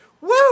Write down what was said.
Woo